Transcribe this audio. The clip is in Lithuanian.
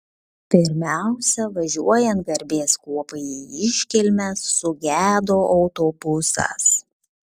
pirmiausia važiuojant garbės kuopai į iškilmes sugedo autobusas